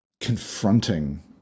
confronting